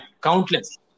countless